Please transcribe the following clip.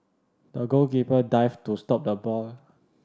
the goalkeeper dived to stop the ball